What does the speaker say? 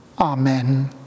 Amen